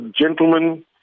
gentlemen